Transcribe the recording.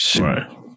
Right